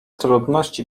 trudności